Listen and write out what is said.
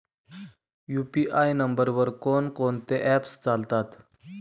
UPI नंबरवर कोण कोणते ऍप्स चालतात?